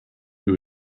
who